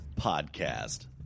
podcast